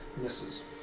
Misses